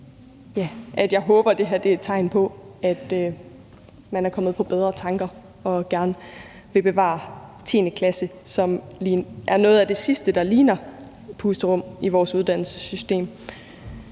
jeg håber, det her er tegn på, at man er kommet på bedre tanker og gerne vil bevare 10. klasse, som er noget af det sidste, der ligner et pusterum i vores uddannelsessystem.